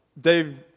Dave